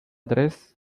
tres